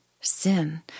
Sin